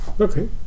Okay